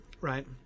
Right